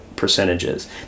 percentages